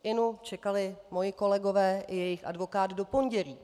Inu, čekali mí kolegové i jejich advokát do pondělí.